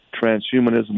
Transhumanism